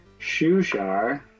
Shushar